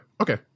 okay